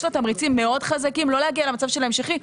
יש לה תמריצים מאוד חזקים כדי לא להגיע למצב של תקציב המשכי,